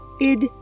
id